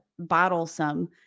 bottlesome